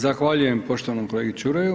Zahvaljujem poštovanom kolegi Čuraju.